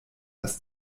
das